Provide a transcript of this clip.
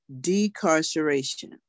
decarceration